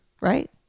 Right